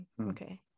Okay